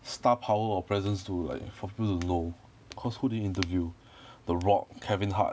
star power or presence to like for people to know cause who did he interview the rock kevin hart